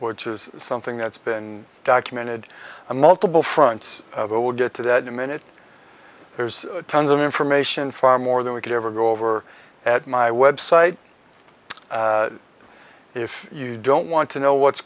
which is something that's been documented a multiple fronts will get to that minute there's tons of information far more than we could ever go over at my website if you don't want to know what's